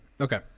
Okay